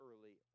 early